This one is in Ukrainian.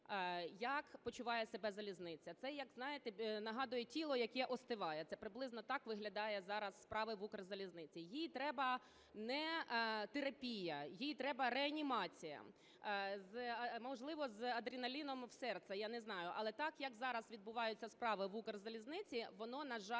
як почуває себе залізниця. Це як, знаєте, нагадує тіло, яке остиває, це приблизно так виглядають зараз справи в Укрзалізниці. Їй треба не терапія, їй треба реанімація, можливо, з адреналіном в серце, я не знаю. Але так як зараз відбуваються справи в Укрзалізниці, воно, на жаль,